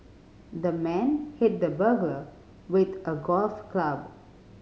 the man hit the burglar with a golf club